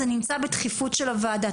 זה נמצא בדחיפות של הוועדה,